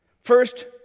First